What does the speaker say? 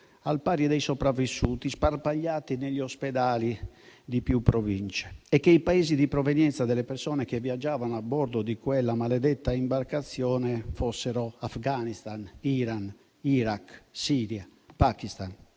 al pari dei sopravvissuti, sparpagliati negli ospedali di più Province, e che i Paesi di provenienza delle persone che viaggiavano a bordo di quella maledetta imbarcazione fossero Afghanistan, Iran, Iraq, Siria e Pakistan